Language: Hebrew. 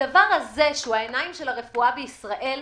הדבר הזה, העיניים של הרפואה בישראל,